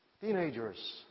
Teenagers